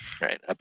Right